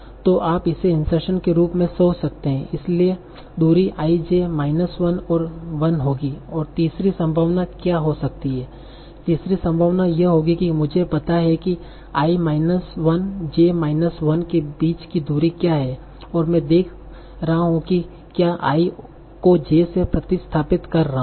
तो आप इसे इंसर्शन के रूप में सोच सकते हैं इसलिए दूरी i j माइनस 1 और 1 होगी और तीसरी संभावना क्या हो सकती है तीसरी संभावना यह होगी कि मुझे पता है कि i माइनस 1 j माइनस 1 के बीच की दूरी क्या है और मैं देख रहा हूं कि क्या i को j से प्रतिस्थापित कर रहा हूं